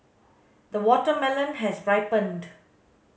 the watermelon has ripened